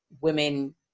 women